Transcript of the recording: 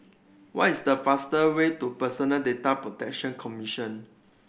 what is the fastest way to Personal Data Protection Commission